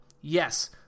Yes